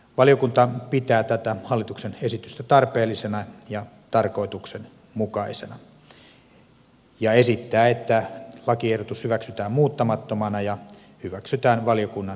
valiokunta pitää tätä hallituksen esitystä tarpeellisena ja tarkoituksenmukaisena ja esittää että lakiehdotus hyväksytään muuttamattomana ja hyväksytään valiokunnan lausumaehdotus